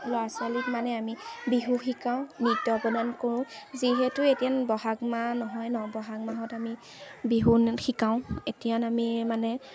ল'ৰা ছোৱালীক মানে আমি বিহু শিকাওঁ নৃত্য প্ৰদান কৰোঁ যিহেতু এতিয়া ব'হাগ মাহ নহয় ন' ব'হাগ মাহত আমি বিহু শিকাওঁ এতিয়া আমি মানে